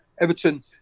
Everton